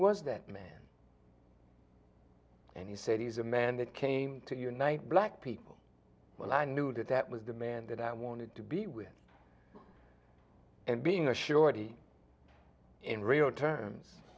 was that man and he said he's a man that came to unite black people well i knew that that was the man that i wanted to be with and being a surety in real terms